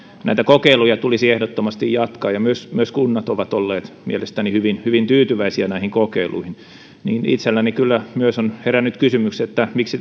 näitä kokeiluja tulisi ehdottomasti jatkaa ja myös myös kunnat ovat olleet mielestäni hyvin hyvin tyytyväisiä näihin kokeiluihin myös itselleni on herännyt kysymys miksi